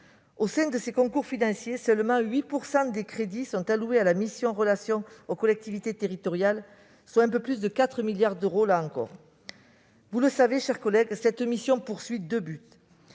Au sein de ces concours financiers, seulement 8 % des crédits sont alloués à la mission « Relations avec les collectivités territoriales », soit un peu plus de 4 milliards d'euros. Vous le savez, chers collègues, cette mission a deux buts.